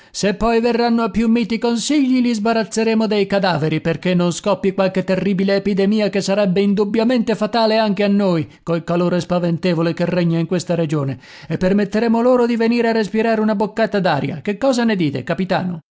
se poi verranno a più miti consigli li sbarazzeremo dei cadaveri perché non scoppi qualche terribile epidemia che sarebbe indubbiamente fatale anche a noi col calore spaventevole che regna in questa regione e permetteremo loro di venire a respirare una boccata d'aria che cosa ne dite capitano